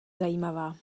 zajímavá